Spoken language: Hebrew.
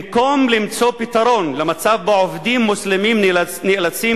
במקום למצוא פתרון למצב שבו עובדים מוסלמים נאלצים